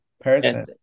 person